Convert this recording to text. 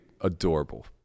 adorable